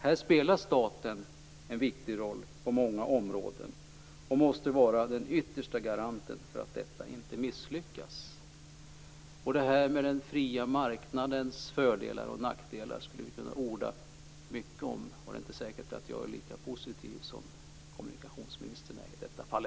Här spelar staten en viktig roll på många områden och måste vara den yttersta garanten för att detta inte misslyckas. Det här med den fria marknadens fördelar och nackdelar skulle vi kunna orda mycket om, och det är inte säkert att jag är lika positiv som kommunikationsministern är i detta fall.